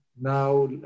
now